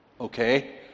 Okay